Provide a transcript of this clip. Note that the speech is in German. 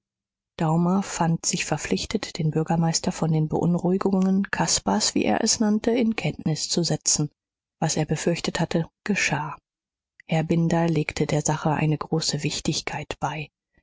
daumer fand sich verpflichtet den bürgermeister von den beunruhigungen caspars wie er es nannte in kenntnis zu setzen was er befürchtet hatte geschah herr binder legte der sache eine große wichtigkeit bei